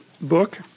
book